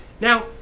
Now